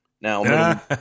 now